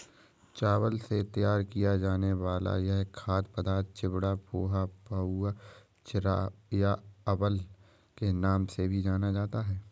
चावल से तैयार किया जाने वाला यह खाद्य पदार्थ चिवड़ा, पोहा, पाउवा, चिरा या अवल के नाम से भी जाना जाता है